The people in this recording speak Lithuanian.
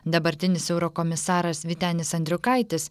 dabartinis eurokomisaras vytenis andriukaitis